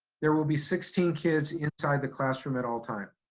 there will be sixteen kids inside the classroom at all time.